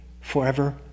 forever